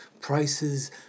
prices